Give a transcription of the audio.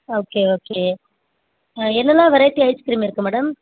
okay okay ஆ என்னவெலாம் variety ice cream இருக்குது மேடம்